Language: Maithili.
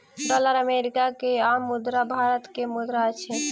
डॉलर अमेरिका के आ रूपया भारत के मुद्रा अछि